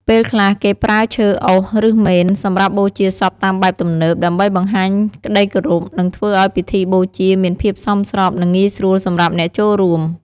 ពេលខ្លះ គេប្រើឈើអុស ឬមេន សម្រាប់បូជាសពតាមបែបទំនើប ដើម្បីបង្ហាញក្តីគោរព និងធ្វើអោយពិធីបូជាមានភាពសមស្រប និងងាយស្រួលសម្រាប់អ្នកចូលរួម។